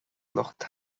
lucht